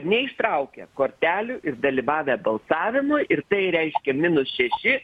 neištraukę kortelių ir dalyvavę balsavimui ir tai reiškia minus šeši